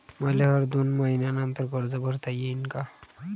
मले हर दोन मयीन्यानंतर कर्ज भरता येईन का?